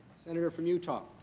senator from utah.